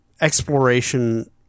exploration